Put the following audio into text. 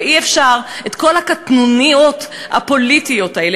ואי-אפשר שכל הקטנוניות הפוליטית הזאת,